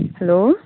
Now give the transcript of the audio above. hello